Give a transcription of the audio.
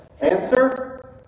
Answer